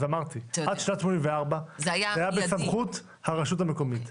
אז אמרתי, עד 1984 זה היה בסמכות הרשות המקומית.